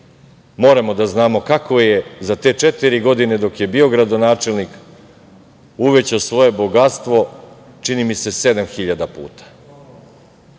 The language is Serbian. moramo da znamo kako je za te četiri godine dok je bio gradonačelnik uvećao svoje bogatstvo, čini mi se, sedam